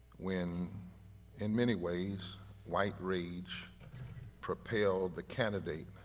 when in many ways white rage propelled the candidate